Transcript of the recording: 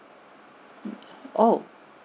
oh